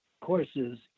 courses